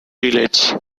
village